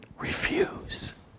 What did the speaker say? refuse